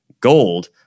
gold